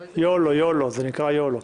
זה נקרא "יולו".